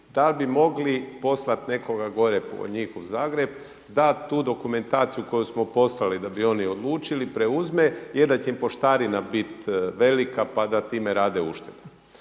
da bi mogli poslat nekoga gore po njih u Zagreb da tu dokumentaciju koju smo poslali da bi oni odlučili preuzme je da će im poštarina bit velika pa da time rade uštedu.